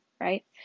right